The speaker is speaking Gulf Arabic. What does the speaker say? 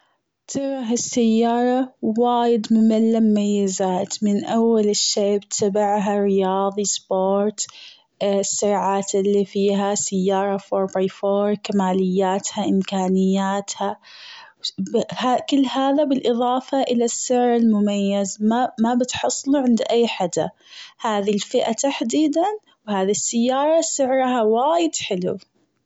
ترى هالسيارة وايد ممنله مميزات من أول الshape تبعها الرياضي sport السرعات اللي فيها سيارة four by four كمالياتها امكأنياتها، ه-كل هذا بالإظافة الى السعر المميز ما-ما بتحصله عند أي حدا، هذي الفئة تحديداً وهذي السيارة سعرها وايد حلو.